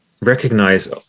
recognize